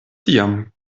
tiam